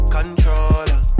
Controller